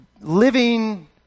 living